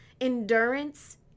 endurance